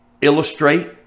illustrate